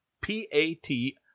P-A-T